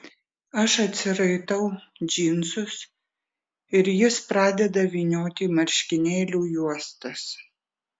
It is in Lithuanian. aš atsiraitau džinsus ir jis pradeda vynioti marškinėlių juostas